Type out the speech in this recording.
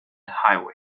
highway